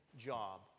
job